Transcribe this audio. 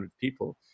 people